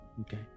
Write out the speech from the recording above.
okay